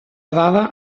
dada